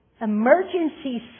emergency